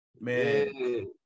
man